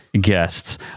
guests